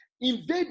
Invade